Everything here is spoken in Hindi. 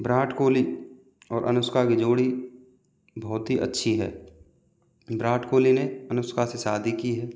विराट कोहली और अनुष्का की जोड़ी बहुत ही अच्छी है विराट कोहली ने अनुष्का से शादी की है